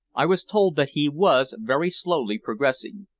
i was told that he was very slowly progressing.